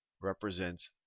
represents